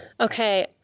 Okay